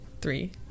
three